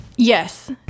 Yes